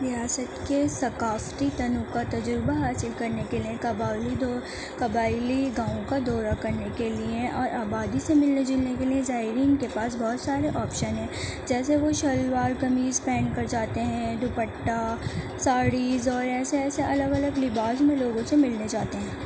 ریاست کے ثقافتی تنوع کا تجربہ حاصل کرنے کے لئے قباٮٔلی دو قبائلی گاؤں کا دورہ کے لئے اور آبادی سے مِلنے جلنے کے لئے زائرین کے پاس بہت سارے آپشن ہیں جیسے وہ شلوار قمیض پہن کر جاتے ہیں دوپٹہ ساڑھی اور ایسے ایسے الگ الگ لباس میں لوگوں سے ملنے جاتے ہیں